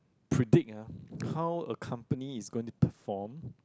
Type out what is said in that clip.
predict ah how a company is going to perform